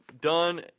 done